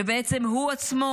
ובעצם הוא עצמו,